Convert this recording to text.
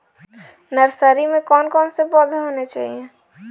Nursery में कौन कौन से पौधे होने चाहिए?